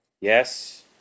Yes